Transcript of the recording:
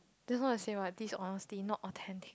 that's why I say what dishonesty not authentic